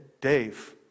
Dave